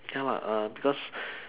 ya lah because